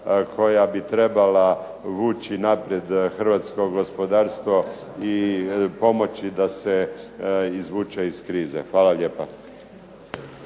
koja bi trebala vući naprijed hrvatsko gospodarstvo i pomoći da se izvuče iz krize. Hvala lijepa.